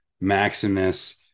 Maximus